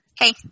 Hey